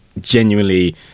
genuinely